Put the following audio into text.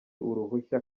uruhushya